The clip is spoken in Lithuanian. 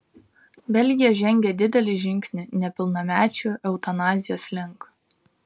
belgija žengė didelį žingsnį nepilnamečių eutanazijos link